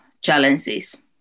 challenges